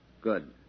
Good